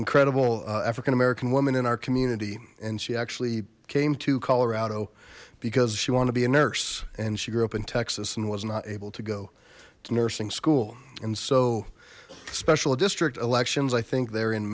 incredible african american woman in our community and she actually came to colorado because she want to be a nurse and she grew up in texas and was not able to go to nursing school and so special district elections i think they're in